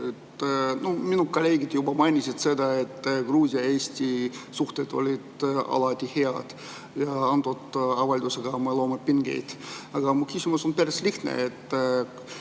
minu kolleegid juba mainisid seda, et Gruusia ja Eesti suhted olid alati head ja antud avaldusega me loome pingeid. Aga mu küsimus on päris lihtne.